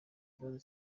ikibazo